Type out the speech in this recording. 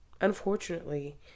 unfortunately